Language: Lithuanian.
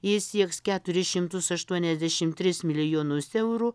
ji sieks keturis šimtus aštuoniasdešimt tris milijonus eurų